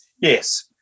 yes